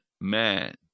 man